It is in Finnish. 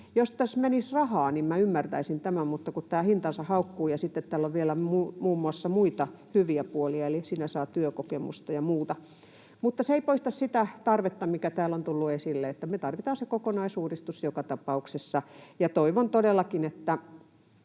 Jos tässä menisi rahaa, niin minä kyllä ymmärtäisin tämän, mutta kun tämä hintansa haukkuu ja sitten tällä on vielä muita hyviä puolia, eli siinä saa työkokemusta ja muuta. Mutta se ei poista sitä tarvetta, mikä täällä on tullut esille, että me tarvitaan se kokonaisuudistus joka tapauksessa. Mielestäni